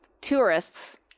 tourists